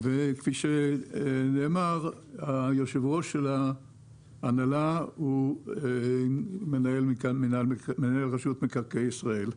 וכפי שנאמר יושב-ראש ההנהלה הוא מנהל רשות מקרקעי ישראל.